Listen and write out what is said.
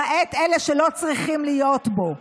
למעט אלה שלא צריכים להיות בו: